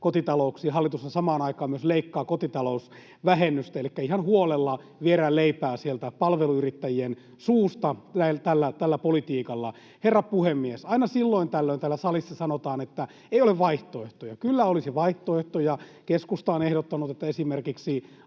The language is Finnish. kotitalouksiin. Hallitushan samaan aikaan myös leikkaa kotitalousvähennystä. Elikkä ihan huolella viedään leipää sieltä palveluyrittäjien suusta tällä politiikalla. Herra puhemies! Aina silloin tällöin täällä salissa sanotaan, että ei ole vaihtoehtoja. Kyllä olisi vaihtoehtoja. Keskusta on ehdottanut, että esimerkiksi